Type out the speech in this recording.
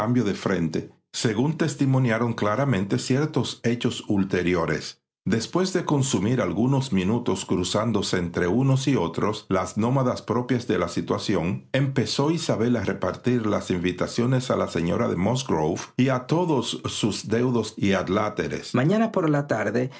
cambio de frente según testimoniaron claramente ciertos hechos ulteriores después de consumir algunos minutos cruzándose entre unos y otros las nonadas propias de la situación empezó isabel a repartir las invitaciones a la señora de musgrove y a todos sus deudos y adláteres mañana por la tarde